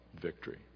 Victory